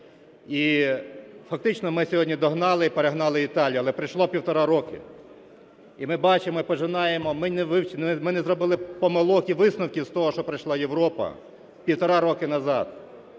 І фактично ми сьогодні догнали і перегнали Італію. Але пройшло півтора роки, і ми бачимо, і пожинаємо… ми не вивчили… ми не зробили висновків з того, що пройшла Європа півтора року назад.